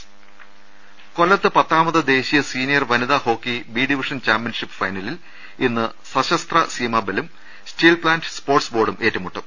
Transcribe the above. രദേഷ്ടെടു കൊല്ലത്ത് പത്താമത് ദേശീയ സീനിയർ വനിതാ hockey B division championship ഫൈനലിൽ ഇന്ന് സശസ്ത്ര സീമാബലും സ്റ്റീൽപ്പാന്റ് സ്പോർട്സ് ബോർഡും ഏറ്റുമുട്ടും